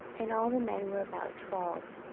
and all the men were about twelve.